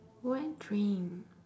what dream